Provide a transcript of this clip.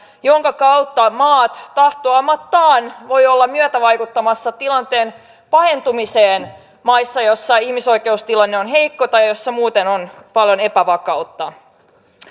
jonka kautta maat tahtomattaan voivat olla myötävaikuttamassa tilanteen pahentumiseen maissa joissa ihmisoikeustilanne on heikko tai joissa muuten on paljon epävakautta